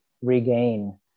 regain